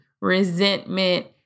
Resentment